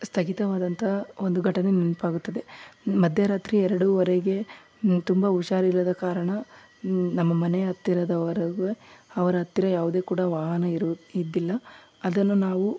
ಸ್ಥಗಿತವಾದಂಥ ಒಂದು ಘಟನೆ ನೆನಪಾಗುತ್ತದೆ ಮಧ್ಯರಾತ್ರಿ ಎರಡುವರೆಗೆ ತುಂಬ ಹುಷಾರಿಲ್ಲದ ಕಾರಣ ನಮ್ಮ ಮನೆಯ ಹತ್ತಿರದವರಿಗೆ ಅವರ ಹತ್ತಿರ ಯಾವುದೇ ಕೂಡ ವಾಹನ ಇರುವು ಇದ್ದಿಲ್ಲ ಅದನ್ನು ನಾವು